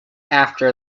after